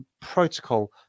protocol